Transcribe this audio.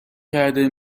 کرده